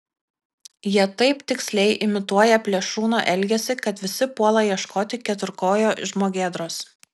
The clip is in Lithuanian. jie taip tiksliai imituoja plėšrūno elgesį kad visi puola ieškoti keturkojo žmogėdros